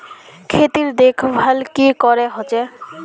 खेतीर देखभल की करे होचे?